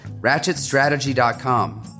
ratchetstrategy.com